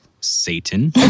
Satan